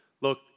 Look